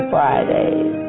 Fridays